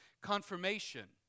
confirmation